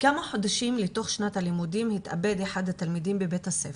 כמה חודשים לתוך שנת הלימודים התאבד אחד התלמידים בבית הספר.